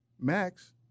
Max